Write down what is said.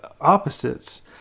opposites